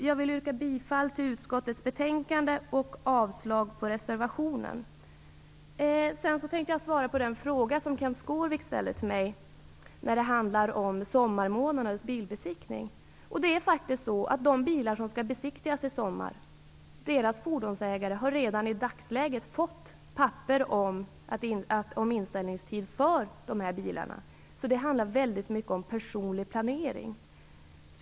Jag yrkar bifall till utskottets hemställan och avslag på reservationen. Sedan tänkte jag svara på den fråga som Kenth Skårvik ställde till mig när det gäller sommarmånadernas bilbesiktning. Ägare till de bilar som skall besiktigas i sommar har redan i dagsläget fått papper om inställningstid. Det handlar väldigt mycket om personlig planering.